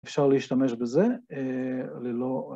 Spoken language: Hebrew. אפשר להשתמש בזה, ללא...